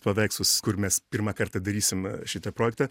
paveikslus kur mes pirmą kartą darysim šitą projektą